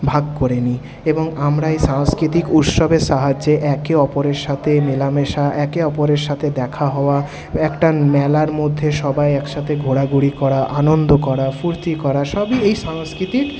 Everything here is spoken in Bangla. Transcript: ভাগ করে নিই এবং আমরা এই সাংস্কৃতিক উৎসবের সাহায্যে একে অপরের সাথে মেলামেশা একে অপরের সাথে দেখা হওয়া একটা মেলার মধ্যে সবাই একসাথে ঘোরাঘুরি করা আনন্দ করা ফুর্তি করা সবই এই সাংস্কৃতিক